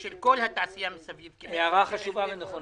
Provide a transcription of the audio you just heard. ושל כל התעשייה מסביב --- הערה חשובה ונכונה.